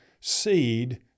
seed